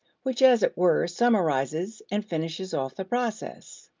which, as it were, summarizes and finishes off the process.